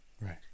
Right